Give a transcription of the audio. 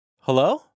Hello